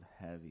heavy